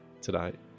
tonight